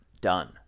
done